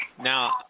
Now